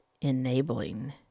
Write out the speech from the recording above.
enabling